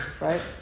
right